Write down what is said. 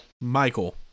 Michael